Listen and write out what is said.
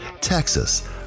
Texas